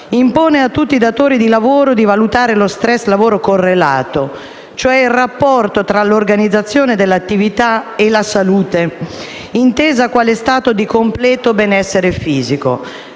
impone a tutti i datori di lavoro di valutare lo *stress* lavoro-correlato, cioè il rapporto tra l'organizzazione dell'attività e la salute, intesa quale stato di completo benessere fisico.